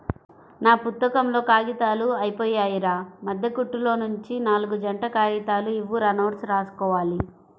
నా పుత్తకంలో కాగితాలు అయ్యిపొయ్యాయిరా, మద్దె కుట్టులోనుంచి నాల్గు జంట కాగితాలు ఇవ్వురా నోట్సు రాసుకోవాలి